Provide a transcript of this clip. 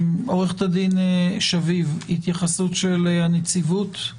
עו"ד שביב, התייחסות הנציבות.